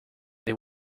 they